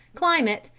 climate,